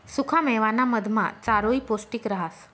सुखा मेवाना मधमा चारोयी पौष्टिक रहास